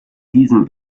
diesem